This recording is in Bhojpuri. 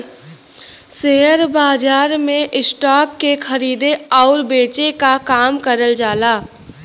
शेयर बाजार में स्टॉक के खरीदे आउर बेचे क काम करल जाला